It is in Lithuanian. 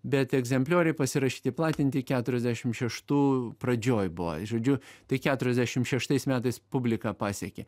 bet egzemplioriai pasirašyti platinti keturiasdešim šeštų pradžioj buvo žodžiu tai keturiasdešim šeštais metais publiką pasiekė